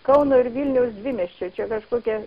kauno ir vilniaus dvimiesčio čia kažkokia